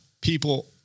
People